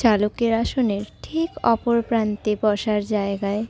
চালকের আসনের ঠিক অপর প্রান্তে বসার জায়গায়